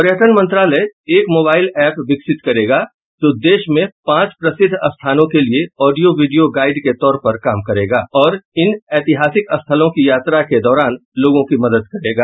पर्यटन मंत्रालय एक मोबाईल एप्प विकसित करेगा जो देश में पांच प्रसिद्ध स्थानों के लिए ऑडियो वीडियो गाइड के तौर पर काम करेगा और इन ऐतिहासिक स्थलों की यात्रा के दौरान लोगों की मदद करेगा